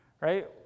right